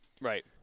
Right